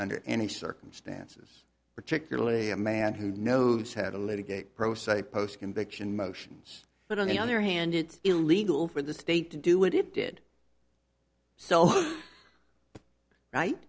under any circumstances particularly a man who knows had a litigator pro se post conviction motions but on the other hand it's illegal for the state to do what it did so right